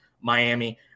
Miami